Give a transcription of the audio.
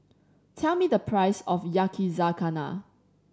tell me the price of Yakizakana